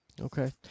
Okay